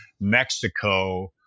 Mexico